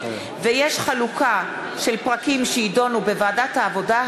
ויש חלוקה של פרקים שיידונו בוועדת העבודה,